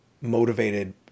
motivated